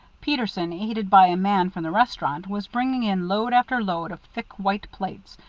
peterson, aided by a man from the restaurant, was bringing in load after load of thick white plates,